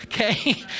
okay